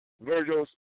Virgil's